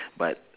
but